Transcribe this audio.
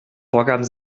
vorgaben